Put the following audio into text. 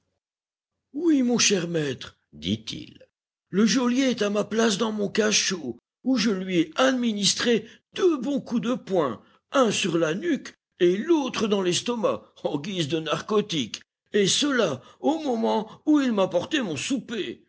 oui mon cher maître dit-il le geôlier est à ma place dans mon cachot où je lui ai administré deux bons coups de poing un sur la nuque et l'autre dans l'estomac en guise de narcotique et cela au moment où il m'apportait mon souper